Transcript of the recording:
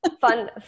Fun